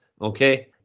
okay